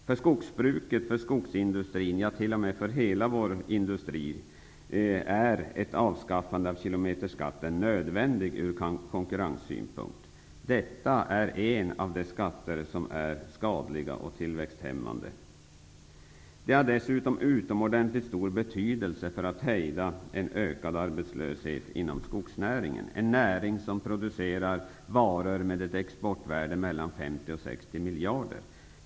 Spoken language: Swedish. För skogsbruket och för skogsindustrin, ja, för hela Sveriges industri, är ett avskaffande av kilometerskatten nödvändig ur konkurrenssynpunkt. Detta är en av de skatter som är skadliga och tillväxthämmande. Detta har dessutom utomordentligt stor betydelse för att hejda en ökad arbetslöshet inom skogsnäringen -- en näring som producerar varor med ett exportvärde på mellan 50 och 60 miljarder.